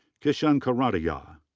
kishan koradiya.